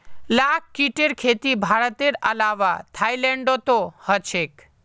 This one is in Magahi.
लाख कीटेर खेती भारतेर अलावा थाईलैंडतो ह छेक